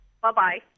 Bye-bye